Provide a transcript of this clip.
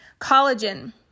Collagen